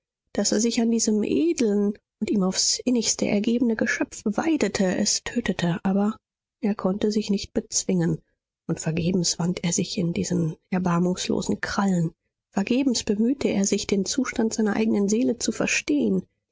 daß er sich an diesem edeln und ihm aufs innigste ergebenen geschöpfe weidete es tötete aber er konnte sich nicht bezwingen und vergebens wand er sich in diesen erbarmungslosen krallen vergebens bemühte er sich den zustand seiner eigenen seele zu verstehen